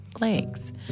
legs